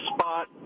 spot